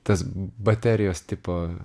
tas baterijos tipo